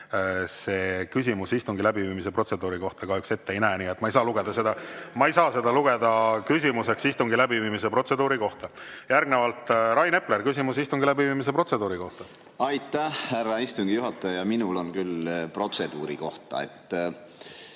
see küsimus istungi läbiviimise protseduuri kohta kahjuks ette ei näe, nii et ma ei saa lugeda seda küsimuseks istungi läbiviimise protseduuri kohta. Järgnevalt Rain Epler, küsimus istungi läbiviimise protseduuri kohta. Aitäh, härra istungi juhataja! Minul on küll [küsimus] protseduuri kohta.